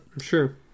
Sure